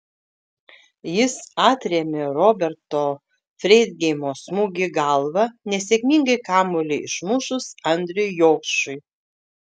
jis atrėmė roberto freidgeimo smūgį galva nesėkmingai kamuolį išmušus andriui jokšui